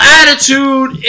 attitude